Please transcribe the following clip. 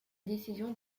décision